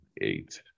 eight